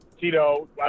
Tito